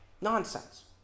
Nonsense